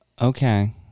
Okay